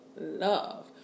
love